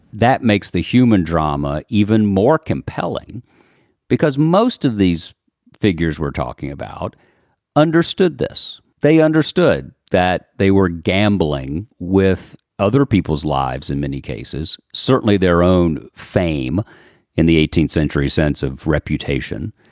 that makes the human drama even more compelling because most of these figures we're talking about understood this. they understood that they were gambling with other people's lives in many cases. certainly their own fame in the eighteenth century sense of reputation.